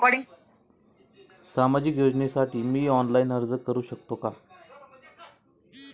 सामाजिक योजनेसाठी मी ऑनलाइन अर्ज करू शकतो का?